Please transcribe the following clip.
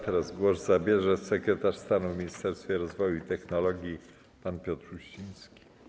Teraz głos zabierze sekretarz stanu w Ministerstwie Rozwoju i Technologii, pan Piotr Uściński.